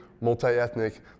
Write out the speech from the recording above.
multi-ethnic